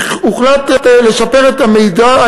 הוחלט לשפר את המידע,